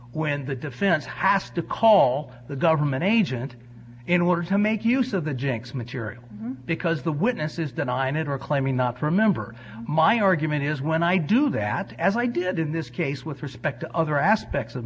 when the diff didn't have to call the government agent in order to make use of the jinx material because the witnesses denying it or claiming not to remember my argument is when i do that as i did in this case with respect to other aspects of